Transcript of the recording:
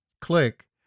click